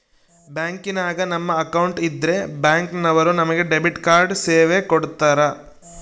ಬ್ಯಾಂಕಿನಾಗ ನಮ್ಮ ಅಕೌಂಟ್ ಇದ್ರೆ ಬ್ಯಾಂಕ್ ನವರು ನಮಗೆ ಡೆಬಿಟ್ ಕಾರ್ಡ್ ಸೇವೆ ಕೊಡ್ತರ